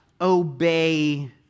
obey